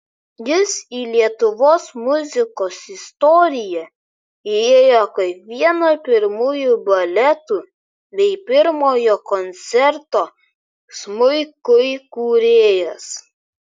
jis į lietuvos muzikos istoriją įėjo kaip vieno pirmųjų baletų bei pirmojo koncerto smuikui kūrėjas